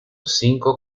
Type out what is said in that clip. cinco